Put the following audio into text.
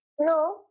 No